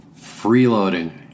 freeloading